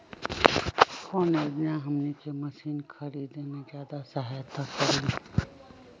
कौन योजना हमनी के मशीन के खरीद में ज्यादा सहायता करी?